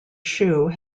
shoe